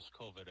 COVID